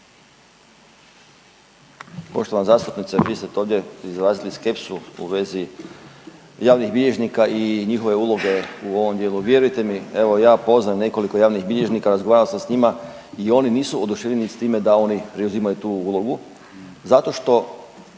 Poštovana zastupnice, vi ste to ovdje izrazili skepsu u vezi javnih bilježnika i njihove uloge u ovom dijelu. Vjerujte mi, evo ja poznajem nekoliko javnih bilježnika, razgovarao sam s njima i oni nisu oduševljeni s time da oni preuzimaju tu ulogu zato što